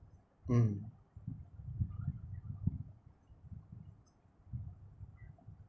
mm